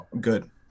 good